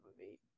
movie